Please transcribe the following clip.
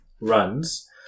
runs